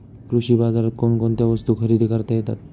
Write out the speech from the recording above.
कृषी बाजारात कोणकोणत्या वस्तू खरेदी करता येतात